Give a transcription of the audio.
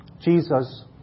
Jesus